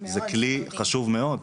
זה כלי חשוב מאוד.